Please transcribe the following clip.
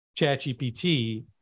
ChatGPT